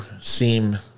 seem